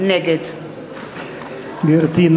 נגד גברתי,